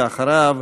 ואחריו,